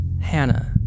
Hannah